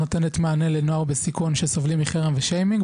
שנותנת מענה לנוער בסיכון שסובלים מחרם ושיימינג,